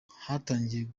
hatangiye